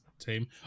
Team